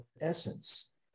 essence